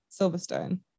Silverstone